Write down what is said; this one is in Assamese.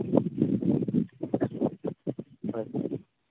হয়